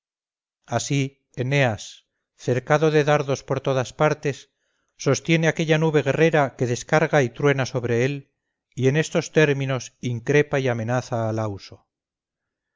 así eneas cercado de dardos por todas partes sostiene aquella nube guerrera que descarga y truena sobre él y en estos términos increpa y amenaza a lauso